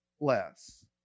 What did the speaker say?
less